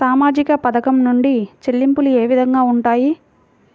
సామాజిక పథకం నుండి చెల్లింపులు ఏ విధంగా ఉంటాయి?